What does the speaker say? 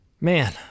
man